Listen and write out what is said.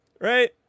right